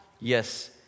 yes